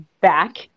back